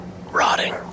rotting